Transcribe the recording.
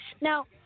Now